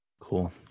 Cool